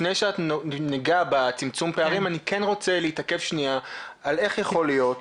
לפני שנגע בצמצום פערים אני רוצה להתעכב על איך יכול להיות